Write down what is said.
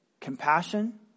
Compassion